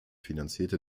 finanzierte